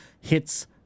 hits